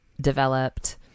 developed